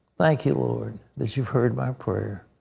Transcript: thank you, lord, that you've heard my prayer.